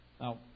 Now